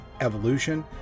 evolution